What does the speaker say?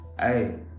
hey